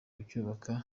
kucyubaka